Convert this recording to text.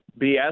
BS